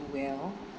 well